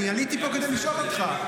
אני עליתי לפה כדי לשאול אותך.